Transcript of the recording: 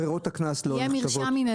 ברירות הקנס לא נחשבות.